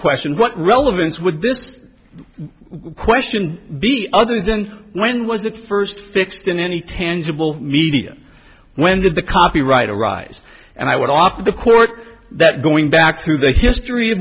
question what relevance with this question being other than when was it first fixed in any tangible medium when did the copyright arise and i went off the court that going back through the history of